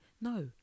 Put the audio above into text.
No